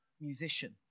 musician